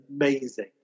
amazing